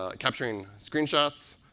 ah capturing screen shots,